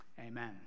Amen